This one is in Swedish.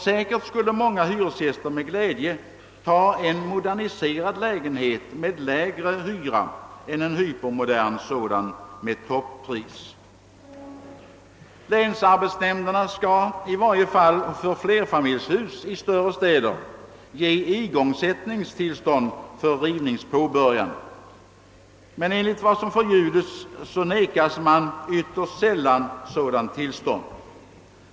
Säkert skulle många hyresgäster med glädje ta en moderniserad lägenhet med lägre hyra än en hypermodern med toppris. Länsarbetsnämnderna skall i varje fall för flerfamiljshus i större städer ge igångsättningstillstånd före rivnings påbörjande. Men enligt vad som förljudes nekas man ytterst sällan sådant tillstånd.